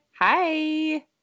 Hi